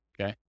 okay